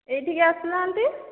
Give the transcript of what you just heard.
ଏହିଠି କି ଆସୁନାହାନ୍ତି